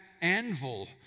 anvil